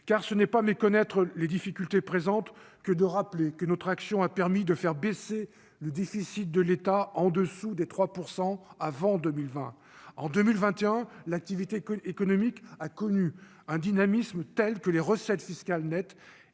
car ce n'est pas méconnaître les difficultés présentes que de rappeler que notre action a permis de faire baisser le déficit de l'État en dessous des 3 % avant 2020 en 2021 l'activité que économique a connu un dynamisme tels que les recettes fiscales nettes